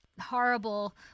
horrible